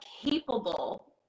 capable